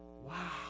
Wow